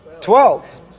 Twelve